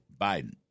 Biden